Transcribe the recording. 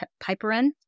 piperin